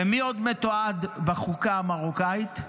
ומי עוד מתועד בחוקה המרוקאית?